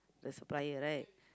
the supplier right